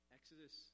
Exodus